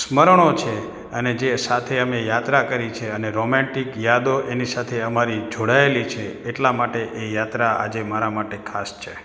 સ્મરણો છે અને જે સાથે અમે યાત્રા કરી છે અને રોમેન્ટિક યાદો એની સાથે અમારી જોડાયેલી છે એટલા માટે એ યાત્રા આજે મારા માટે ખાસ છે